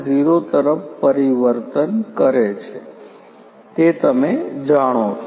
0 તરફ પરિવર્તન કરે છે તે તમે જાણો છો